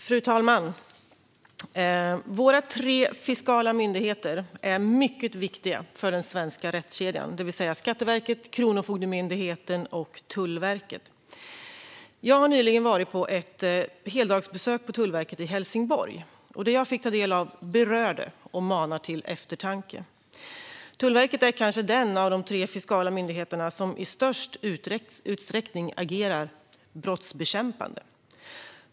Fru talman! Våra tre fiskala myndigheter - Skatteverket, Kronofogdemyndigheten och Tullverket - är mycket viktiga för hela den svenska rättskedjan. Jag var nyligen på ett heldagsbesök på Tullverket i Helsingborg, och det jag fick ta del av berörde och manar till eftertanke. Tullverket är kanske den av de tre fiskala myndigheterna som i störst utsträckning agerar brottsbekämpande.